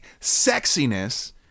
sexiness